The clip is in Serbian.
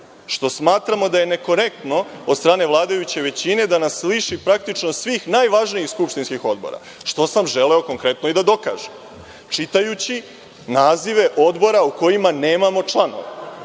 što smatramo da je nekorektno od strane vladajuće većine da nas liši praktično svih najvažnijih skupštinski odbora, što sam želeo konkretno i da dokažem, čitajući nazive odbora u kojima nemamo članove. To